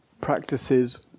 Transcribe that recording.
practices